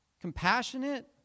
compassionate